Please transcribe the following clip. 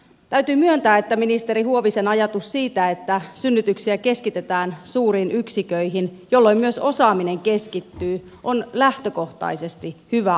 täytyy myöntää että ministeri huovisen ajatus siitä että synnytyksiä keskitetään suuriin yksikköihin jolloin myös osaaminen keskittyy on lähtökohtaisesti hyvä ajatus